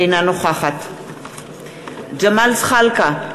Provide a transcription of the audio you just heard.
אינה נוכחת ג'מאל זחאלקה,